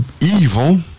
evil